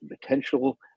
potential